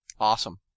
Awesome